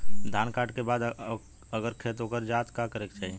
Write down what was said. धान कांटेके बाद अगर खेत उकर जात का करे के चाही?